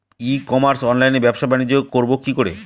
ই commerce অনলাইনে ব্যবসা বানিজ্য করব কি করে?